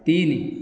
ତିନି